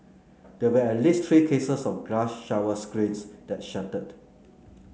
there were at least three cases of glass shower screens that shattered